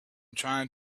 trying